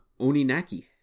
Oninaki